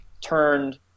turned